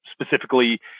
specifically